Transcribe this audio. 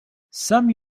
some